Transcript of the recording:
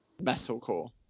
Metalcore